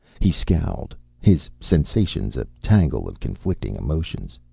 he scowled, his sensations a tangle of conflicting emotions.